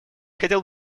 хотел